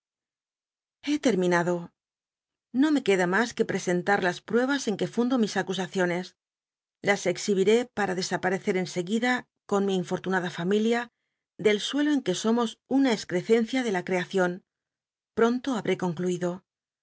e terminado no me jucda mas que presentar las pnrcbas en que fundo mis acusaciones las cxhibiré para dcsapatccer en seguida con mi inforlunada familia del suelo en que somos una excrecencia de la creacion pronto habré concluido